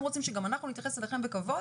רוצים שגם אנחנו נתייחס אליכם בכבוד,